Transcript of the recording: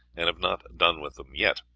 and have not done with them yet.